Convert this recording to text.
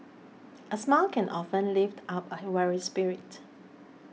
a smile can often lift up a weary spirit